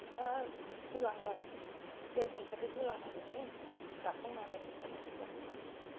बा गोलांबाय देर घन्टासो गोलांनांगौनो जाखांनानै ओंखाम ओंख्रि जाखांनानै